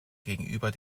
gegenüber